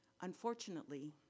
Unfortunately